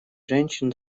женщин